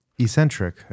eccentric